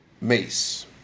mace